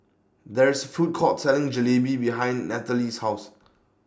There IS Food Court Selling Jalebi behind Nathalie's House